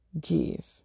give